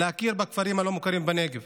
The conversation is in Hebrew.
להכיר בכפרים הלא-מוכרים בנגב.